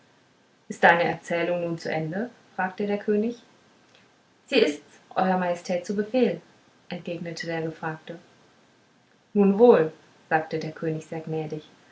ist deine erzählung nun zu ende fragte der könig sie ist's euer majestät zu befehl entgegnete der gefragte nun wohl sagte der könig sehr gnädig